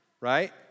right